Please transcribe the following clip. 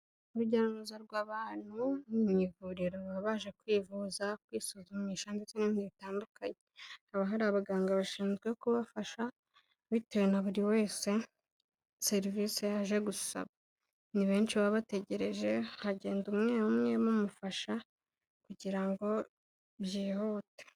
urujya n'uruza rw'abantu mu ivuriro baba baje kwivuza, kwisuzumisha ndetse n'ibindi bitandukanye, hakaba hari abaganga bashinzwe kubafasha bitewe na buri wese serivisi yaje gusaba, ni benshi baba bategereje, hagenda umwe umwe mumufasha kugira ngo byihute.